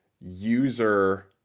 user